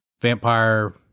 vampire